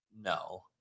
No